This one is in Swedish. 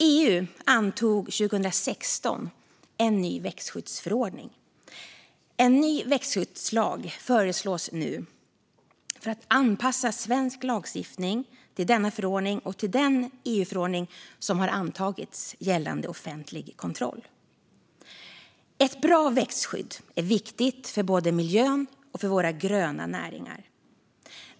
EU antog 2016 en ny växtskyddsförordning. En ny växtskyddslag föreslås nu för att anpassa svensk lagstiftning till denna förordning och till den EU-förordning som har antagits gällande offentlig kontroll. Ett bra växtskydd är viktigt både för miljön och för våra gröna näringar.